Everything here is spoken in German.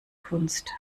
kunst